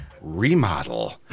Remodel